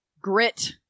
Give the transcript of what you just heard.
Grit